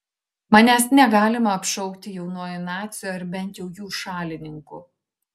manęs negalima apšaukti jaunuoju naciu arba bent jau jų šalininku